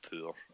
poor